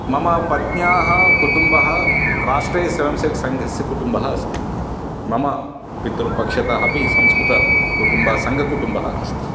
मम पत्न्याः कुटुम्बः राष्ट्रियस्वयंसेवकसङ्घस्य कुटुम्बः अस्ति मम पितृपक्षतः अपि संस्कृतकुटुम्बः सङ्घकुटुम्बः अस्ति